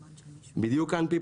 אמנם אנחנו מענה מוצלח,